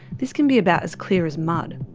this can be about as clear as mud.